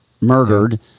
murdered